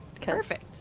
Perfect